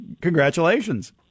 congratulations